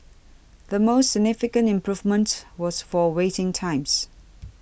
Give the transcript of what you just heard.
the most significant improvement was for waiting times